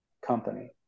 company